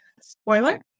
Spoiler